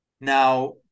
Now